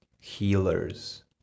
Healers